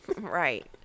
Right